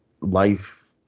life